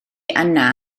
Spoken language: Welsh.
yna